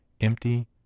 EMPTY